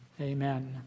Amen